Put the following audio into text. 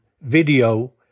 video